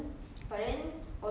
!huh! 这样多做什么